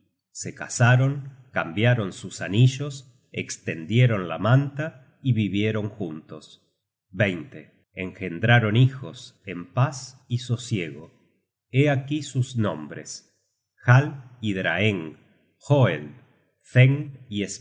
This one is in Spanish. se casaron cambiaron sus anillos estendieron la manta y vivieron juntos engendraron hijos en paz y sosiego hé aquí sus nombres hal y